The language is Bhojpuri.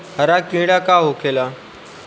हरा कीड़ा का होखे ला?